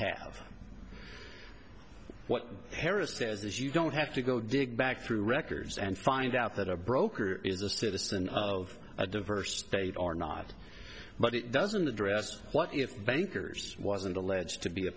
have what harris says is you don't have to go dig back through records and find out that a broker is a citizen of a diverse state or not but it doesn't address what if banker's wasn't alleged to be a